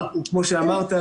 כמו שאמרת,